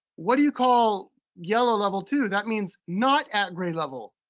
what do you call yellow level two? that means not at grade level.